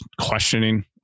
questioning